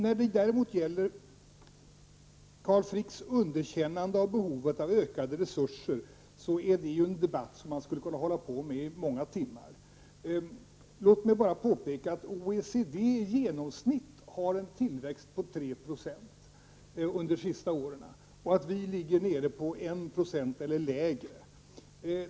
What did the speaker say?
Carl Fricks underkännande av behovet av ökade resurser kunde föranleda en debatt som vi skulle kunna hålla på med i många timmar. Låt mig bara påpeka att OECD under de senaste åren haft en tillväxt på 3 %. Vi ligger på 1 % eller lägre.